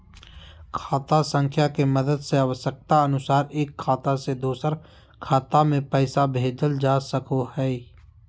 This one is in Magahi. खाता संख्या के मदद से आवश्यकता अनुसार एक खाता से दोसर खाता मे पैसा भेजल जा सको हय